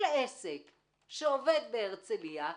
כל עסק שעובד בהרצליה,